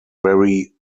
very